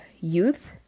youth